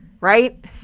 right